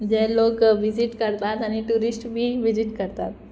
जे लोक विजीट करतात आनी ट्युरिस्ट बी विजीट करतात